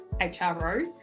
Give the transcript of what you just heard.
HRO